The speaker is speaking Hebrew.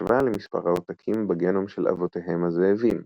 בהשוואה למספר העותקים בגנום של אבותיהם הזאבים,